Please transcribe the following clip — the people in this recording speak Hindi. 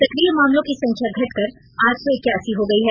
सक्रिय मामलों की संख्या घटकर आठ सौ एकासी हो गई है